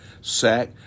sack